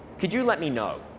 could you let me know?